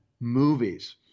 movies